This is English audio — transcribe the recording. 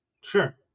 sure